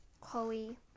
Chloe